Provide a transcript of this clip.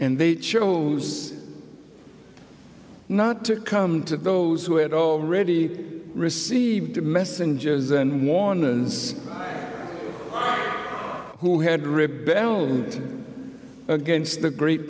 and they chose not to come to those who had already received messengers and warnings who had rebelled against the great